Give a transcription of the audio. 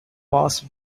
passed